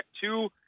two